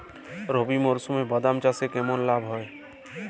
রবি মরশুমে বাদাম চাষে কেমন লাভ হয়?